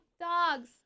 dogs